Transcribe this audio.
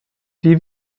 die